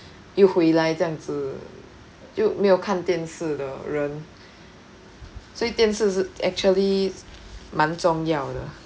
又回来这样子就没有看电视的人这件事是 actually 蛮重要的